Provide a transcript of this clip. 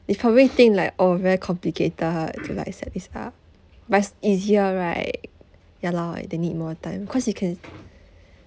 they probably think like oh very complicated to like set this up but it's easier right ya lor they need more time cause you can